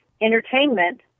entertainment